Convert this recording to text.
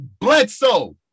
Bledsoe